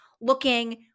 looking